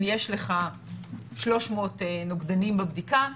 אם יש לך 300 נוגדנים בבדיקה,